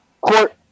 court